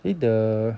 eh the